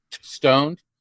stoned